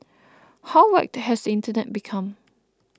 how whacked has the internet become